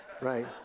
right